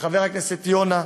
לחבר הכנסת יונה,